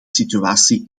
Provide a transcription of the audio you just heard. situatie